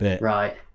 right